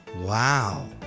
wow!